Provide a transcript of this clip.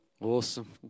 Awesome